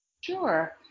Sure